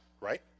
right